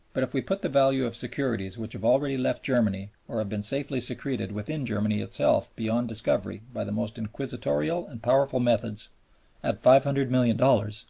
but if we put the value of securities which have already left germany or been safely secreted within germany itself beyond discovery by the most inquisitorial and powerful methods at five hundred million dollars,